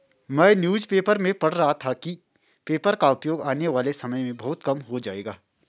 मैं newspaper में पढ़ रहा था कि पेपर का उपयोग आने वाले समय में बहुत कम हो जाएगा